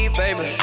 baby